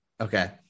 Okay